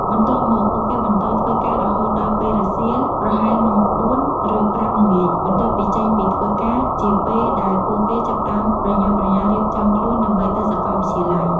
បន្ទាប់មក ពួកគេបន្ត ធ្វើការរហូតដល់ពេលរសៀល ប្រហែលម៉ោង ៤ ឬ ៥ ល្ងាច បន្ទាប់ពីចេញពីធ្វើការ ជាពេលដែលពួកគេចាប់ផ្តើមប្រញាប់ប្រញាល់រៀបចំខ្លួនដើម្បីទៅសាកលវិទ្យាល័យ។